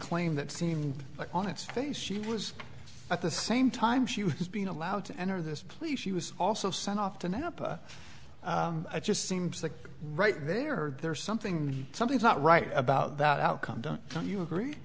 claim that seemed on its face sheet was at the same time she was being allowed to enter this plea she was also sent off to no i just seems like right there there's something something's not right about that outcome don't you agree